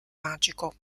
magico